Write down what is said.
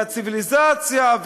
הציוויליזציה,